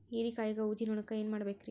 ಹೇರಿಕಾಯಾಗ ಊಜಿ ನೋಣಕ್ಕ ಏನ್ ಮಾಡಬೇಕ್ರೇ?